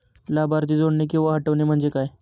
लाभार्थी जोडणे किंवा हटवणे, म्हणजे काय?